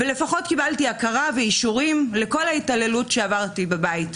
לפחות קיבלתי הכרה ואישורים לכל ההתעללות שעברתי בבית.